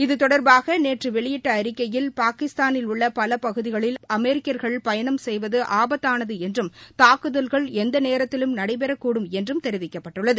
இது தொடர்பாக நேற்று வெளியிட்ட அறிக்கயைில் பாகிஸ்தானில் உள்ள பல பகுதிகளில் அமெரிக்கர்கள் பயணம் செய்வது ஆபத்தானது என்றும் தாக்குதல்கள் எந்த நேரத்திலும் நடைபெறக்கூடும் என்று தெரிவிக்கப்பட்டுள்ளது